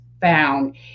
found